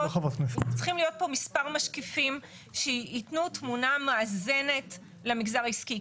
צריכים להיות פה מספר משקיפים שיתנו תמונה מאזנת למגזר העסקי.